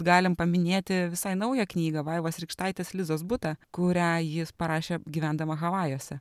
galim paminėti visai naują knygą vaivos rykštaitės lizos butą kurią ji parašė gyvendama havajuose